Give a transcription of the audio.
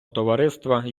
товариства